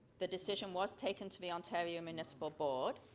the decision was taken to the ontario municipal board.